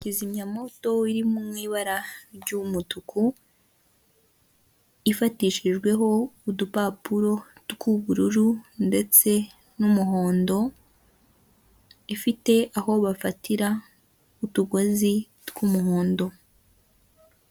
Mu isoko rya Nyabugogo aho bagurishiriza imbuto, umucuruzi yifashi ku itama kuko yabuze abakiriya kandi yari akeneye amafaranga, ari gucuruza inanasi, amapapayi, amaronji, imyembe, ndetse n'ibindi.